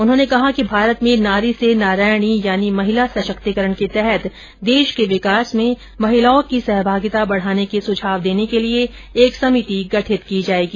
उन्होंने कहा कि भारत में नारी से नारायणी यानी महिला सशक्तिकरण के तहत देश के विकास में महिलाओं की सहभागिता बढाने के सुझाव देने के लिये एक समिति गठित की जायेगी